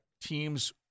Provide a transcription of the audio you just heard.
teams